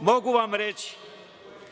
mogu vam reći